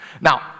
Now